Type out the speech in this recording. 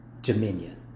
dominion